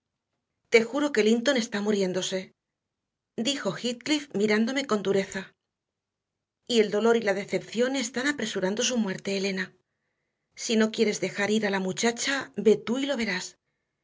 te juro que linton está muriéndose dijo heathcliff mirándome con dureza y el dolor y la decepción están apresurando su muerte elena si no quieres dejar ir a la muchacha ve tú y lo verás